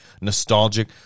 nostalgic